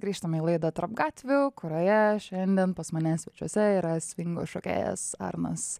grįžtame į laidą tarp gatvių kurioje šiandien pas mane svečiuose yra svingo šokėjas arnas